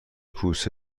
کوسه